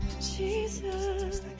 Jesus